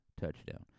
touchdown